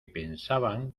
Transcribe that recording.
pensaban